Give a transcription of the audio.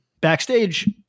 backstage